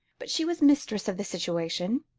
but she was mistress of the situation.